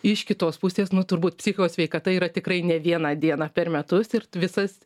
iš kitos pusės nu turbūt psichikos sveikata yra tikrai ne viena diena per metus ir visas